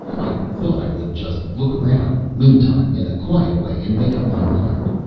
i thought i would just look around, meantime, in a quiet way, and make up my mind.